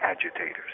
agitators